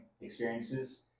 experiences